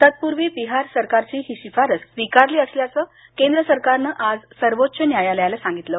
तत्पूर्वी बिहार सरकारची ही शिफारस स्वीकारली असल्याचं केंद्र सरकारनं आज सर्वोच्च न्यायालयाला सांगितलं